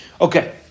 Okay